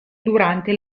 durante